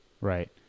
Right